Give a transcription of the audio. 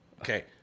Okay